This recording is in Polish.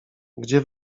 gdzie